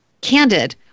candid